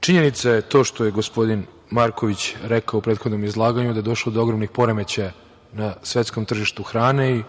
Činjenica je to što je gospodin Marković rekao u prethodnom izlaganju da je došlo do ogromnih poremećaja na svetskom tržištu hrane